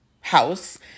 house